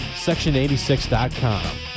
section86.com